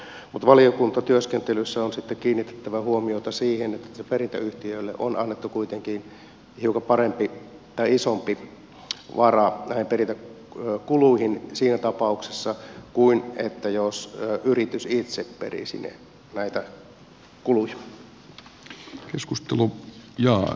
mutta valiokuntatyöskentelyssä on sitten kiinnitettävä huomiota siihen että perintäyhtiöille on annettu kuitenkin hiukan isompi vara näihin perintäkuluihin siinä tapauksessa kuin jos yritys itse perisi näitä kuluja